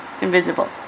Invisible